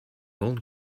old